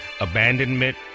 abandonment